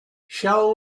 shall